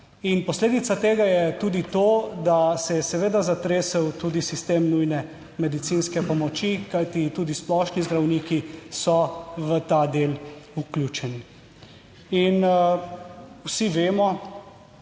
in posledica tega je tudi to, da se je seveda zatresel tudi sistem nujne medicinske pomoči, kajti tudi splošni zdravniki so v ta del vključeni. In vsi vemo,